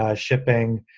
ah shipping